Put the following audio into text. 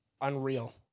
unreal